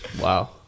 Wow